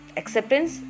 acceptance